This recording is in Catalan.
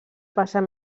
passar